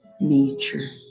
nature